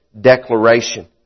declaration